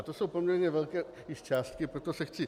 To jsou již poměrně velké částky, proto se chci...